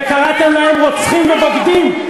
וקראתם להם "רוצחים" ו"בוגדים".